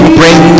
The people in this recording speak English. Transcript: bring